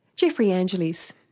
geoffrey angeles.